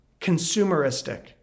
consumeristic